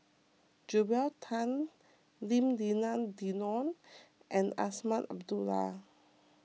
Joel Tan Lim Denan Denon and Azman Abdullah